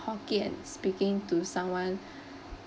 hokkien speaking to someone